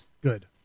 Good